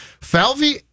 Falvey